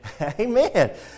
Amen